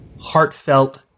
heartfelt